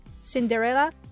Cinderella